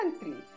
country